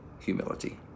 humility